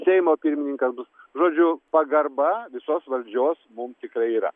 seimo pirmininkas bus žodžiu pagarba visos valdžios mum tikrai yra